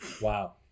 Wow